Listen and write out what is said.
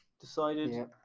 decided